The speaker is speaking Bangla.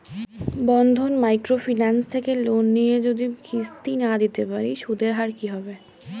বন্ধন মাইক্রো ফিন্যান্স থেকে লোন নিয়ে যদি মাসিক কিস্তি না দিতে পারি সুদের হার কি হবে?